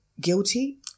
guilty